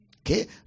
okay